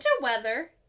weather